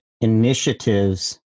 initiatives